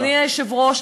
אדוני היושב-ראש,